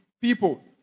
people